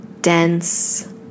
dense